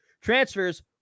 transfers—